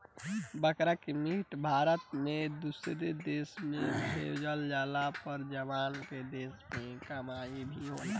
बकरा के मीट भारत से दुसरो देश में भेजाला पर जवना से देश के कमाई भी होला